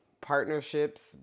partnerships